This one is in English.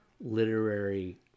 literary